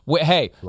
Hey